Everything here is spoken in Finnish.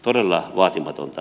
todella vaatimatonta